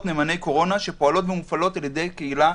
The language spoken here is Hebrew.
"נאמני קורונה" שפועלות ומופעלות על ידי הקהילה.